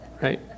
Right